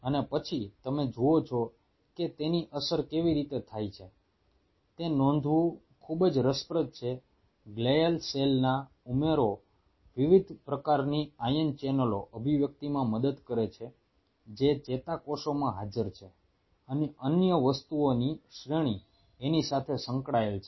અને પછી તમે જુઓ છો કે તેની અસર કેવી રીતે થાય છે તે નોંધવું ખૂબ જ રસપ્રદ છે ગ્લિઅલ સેલનો ઉમેરો વિવિધ પ્રકારની આયન ચેનલોના અભિવ્યક્તિમાં મદદ કરે છે જે ચેતાકોષોમાં હાજર છે અને અન્ય વસ્તુઓની શ્રેણી એની સાથે સંકળાયેલ છે